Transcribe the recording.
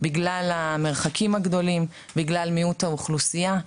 בגלל המרחקים הגדולים, בגלל מיעוט האוכלוסייה.